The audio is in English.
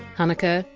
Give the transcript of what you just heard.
hannukah,